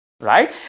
right